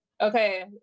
Okay